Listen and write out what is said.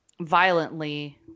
violently